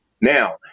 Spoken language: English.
Now